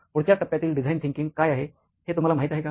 पुढच्या टप्प्यातील design thinking काय आहे हे तुम्हाला माहित आहे का